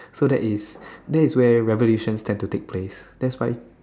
so that is that is where revolution tend to take place that's why